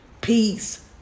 peace